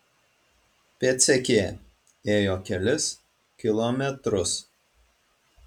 pėdsekė ėjo kelis kilometrus